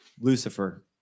Lucifer